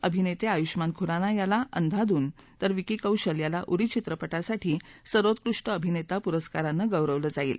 अभिनेते आयुष्यमान खुराना याला अंदाधुंन तर विकी कौशल याला उरी चित्रपटासाठी सर्वोत्कृष्ट अभिनेता पुरस्कारानं गौरवलं जाईल